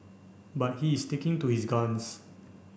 but he is sticking to his guns